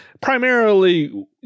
primarily